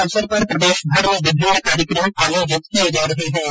इस अवसर पर प्रदेशभर में विभिन्न कार्यक्रम आयोजित किए जा रहे हैं